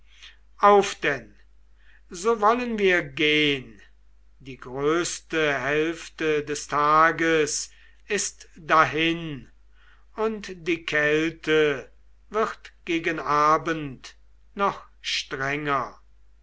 auf denn so wollen wir gehn die größte hälfte des tages ist dahin und die kälte wird gegen abend noch strenger